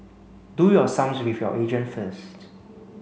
do your sums with your agent first